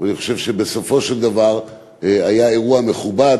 אני חושב שבסופו של דבר היה אירוע מכובד,